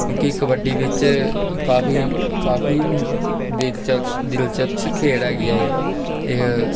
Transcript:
ਕਿਉਂਕੀ ਕਬੱਡੀ ਵਿੱਚ ਕਾਫ਼ੀ ਕਾਫ਼ੀ ਦਿਲਚਸਪ ਦਿਲਚਸਪ ਖੇਡ ਹੈਗੀ ਹੈ ਇਹ ਇਹ